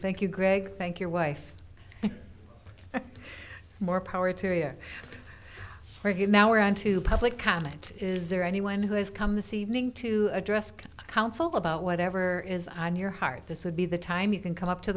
thank you greg thank your wife more power to area where you now are on to public comment is there anyone who has come this evening to address the council about whatever is on your heart this would be the time you can come up to